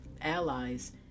allies